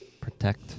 Protect